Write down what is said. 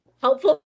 helpful